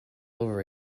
over